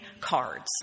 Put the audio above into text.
cards